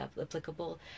applicable